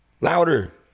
louder